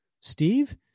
Steve